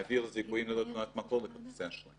מוחלט לכל מה שחברות כרטיסי האשראי